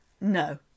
No